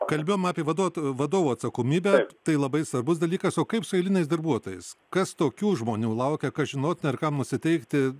kalbėjom apie vaduotojų vadovų atsakomybę tai labai svarbus dalykas o kaip su eiliniais darbuotojais kas tokių žmonių laukia kas žinotina ar kam nusiteikti